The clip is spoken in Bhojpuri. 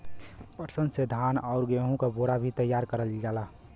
पटसन से धान आउर गेहू क बोरा भी तइयार कइल जाला